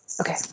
Okay